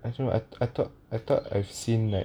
I don't know as I thought I thought I've seen like